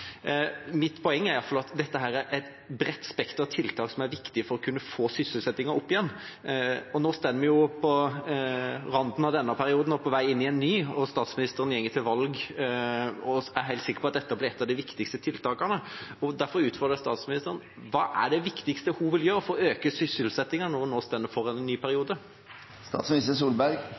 Mitt poeng er iallfall at dette er et bredt spekter av tiltak som er viktige for å kunne få sysselsettingen opp igjen. Nå står vi på randen av denne perioden og er på vei inn i en ny, statsministeren går til valg og er helt sikker på at dette blir et av de viktigste tiltakene. Derfor utfordrer jeg statsministeren: Hva er det viktigste hun vil gjøre for å øke sysselsettingen når hun nå står foran en ny